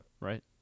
Right